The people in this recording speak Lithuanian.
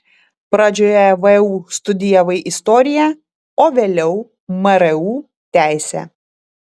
pradžioje vu studijavai istoriją o vėliau mru teisę